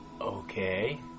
Okay